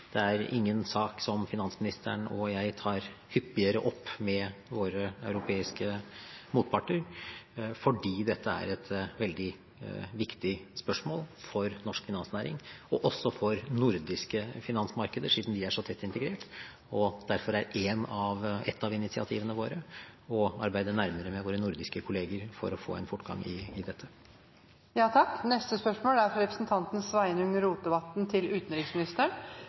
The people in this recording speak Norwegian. Det er ingen sak som finansministeren og jeg tar hyppigere opp med våre europeiske motparter, for dette er et veldig viktig spørsmål for norsk finansnæring og også for nordiske finansmarkeder, siden vi er så tett integrert. Derfor er et av initiativene våre å arbeide nærmere med våre nordiske kolleger for å få en fortgang i dette. Dette spørsmålet, fra representanten Sveinung Rotevatn til utenriksministeren,